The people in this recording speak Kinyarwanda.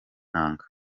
inanga